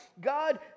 God